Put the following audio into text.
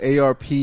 ARP